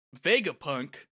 Vegapunk